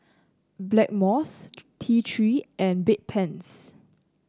Blackmores T Three and Bedpans